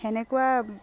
সেনেকুৱা